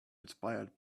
inspired